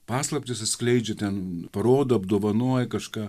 paslaptis atskleidžia ten parodo apdovanoja kažką